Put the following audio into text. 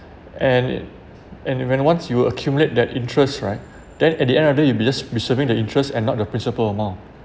and it and it when once you accumulate that interest right then at the end of the day you'll be just be serving the interest and not the principal amount